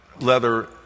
leather